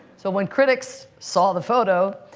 so when critics saw the photo,